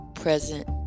present